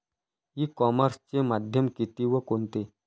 E कॉमर्सचे माध्यम किती व कोणते?